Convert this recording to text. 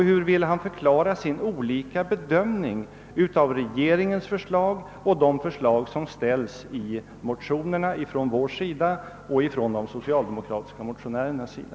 Hur vill han förklara sin olika bedömning av regeringens förslag och de förslag som ställs i motionerna från vår sida och från de socialdemokratiska motionärernas sida?